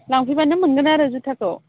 लांफैबानो मोनगोन आरो जुताखौ